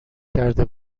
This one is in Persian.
کرده